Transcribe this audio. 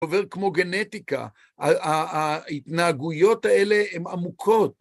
עובר כמו גנטיקה, ההתנהגויות האלה הן עמוקות.